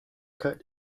cut